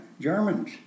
Germans